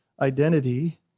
identity